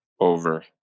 Over